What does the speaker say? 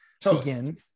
begin